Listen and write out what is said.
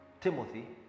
Timothy